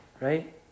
Right